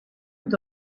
ont